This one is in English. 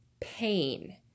pain